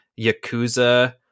yakuza